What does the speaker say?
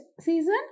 season